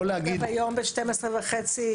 גם היום ב-12:30,